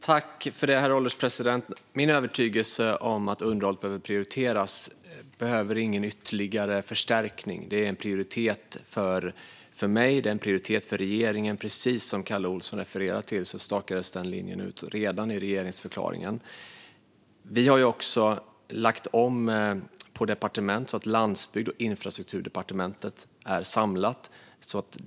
Herr ålderspresident! Min övertygelse om att underhållet behöver prioriteras behöver ingen ytterligare förstärkning. Det är en prioritet för mig och regeringen. Precis som Kalle Olsson refererade till stakades den linjen ut redan i regeringsförklaringen. Vi har ju också lagt om på departementen så att Landsbygds och infrastrukturdepartementet är samlat.